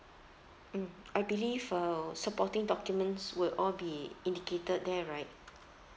mm I believe uh supporting documents would all be indicated there right